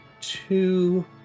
two